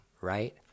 right